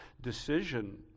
decision